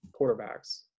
quarterbacks